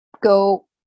go